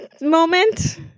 moment